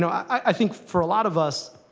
i think for a lot of us,